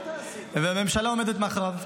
והממשלה עומדת מאחוריו.